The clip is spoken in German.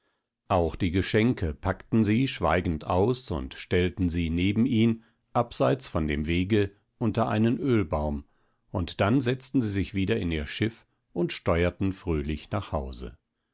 auch die geschenke packten sie schweigend aus und stellten sie neben ihn abseits von dem wege unter einen ölbaum und dann setzten sie sich wieder in ihr schiff und steuerten fröhlich nach hause